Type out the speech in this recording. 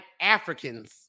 Africans